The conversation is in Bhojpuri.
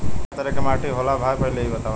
कै तरह के माटी होला भाय पहिले इ बतावा?